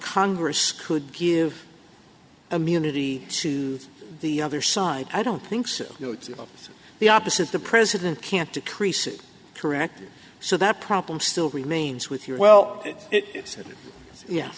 congress could give immunity to the other side i don't think so you know it's the opposite the president can't decrease it correct so that problem still remains with you well